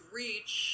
reach